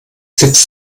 sitzt